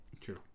True